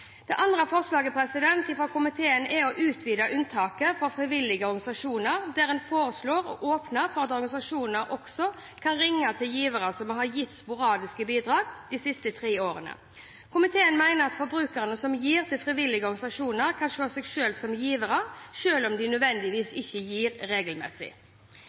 Det andre forslaget fra komiteen er å utvide unntaket for frivillige organisasjoner, der en foreslår å åpne for at organisasjoner også kan ringe til givere som har gitt sporadiske bidrag de siste tre årene. Komiteen mener at forbrukere som gir til frivillige organisasjoner, kan se seg selv som givere, selv om de ikke nødvendigvis gir regelmessig.